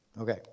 Okay